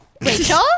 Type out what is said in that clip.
Rachel